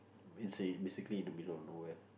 it's a basically in the middle of nowhere